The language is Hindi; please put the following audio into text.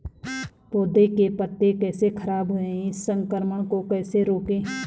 पौधों के पत्ते कैसे खराब हुए हैं इस संक्रमण को कैसे रोकें?